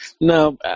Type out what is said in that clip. No